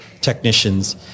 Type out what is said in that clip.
technicians